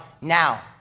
now